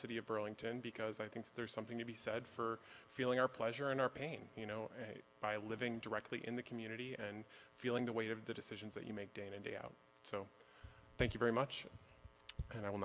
city of burlington because i think there's something to be said for feeling our pleasure and our pain you know by living directly in the community and feeling the weight of the decisions that you make dane in day out so thank you very much and i will